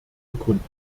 bekunden